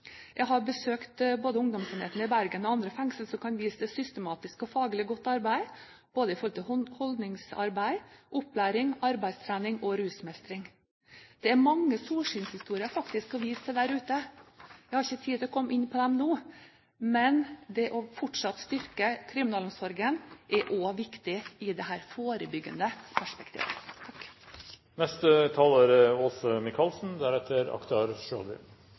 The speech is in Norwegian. Jeg har besøkt både ungdomsenheten i Bergen og andre fengsler som kan vise til systematisk og faglig godt arbeid både når det gjelder holdningsarbeid, opplæring, arbeidstrening og rusmestring. Det er faktisk mange solskinnshistorier å vise til der ute. Jeg har ikke tid til å komme inn på dem nå, men det å fortsette å styrke kriminalomsorgen er også viktig i dette forebyggende perspektivet.